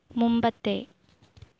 മുമ്പത്തെ